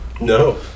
No